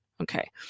Okay